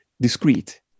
discrete